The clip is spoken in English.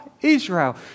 Israel